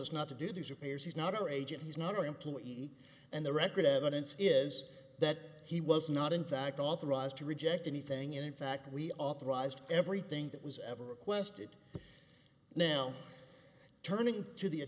us not to do these repairs he's not our agent he's not our employee and the record evidence is that he was not in fact authorized to reject anything in fact we authorized everything that was ever quested now turning to the